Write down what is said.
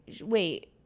wait